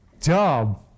Job